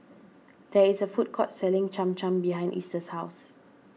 there is a food court selling Cham Cham behind Easter's house